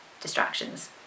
distractions